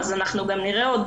אז אנחנו נראה עוד